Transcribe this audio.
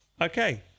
Okay